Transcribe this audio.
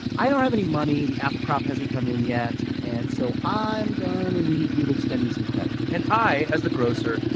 i don't have any money. the apple crop hasn't come in yet. and so i'm going to and need you to extend me some credit and i, as the grocer,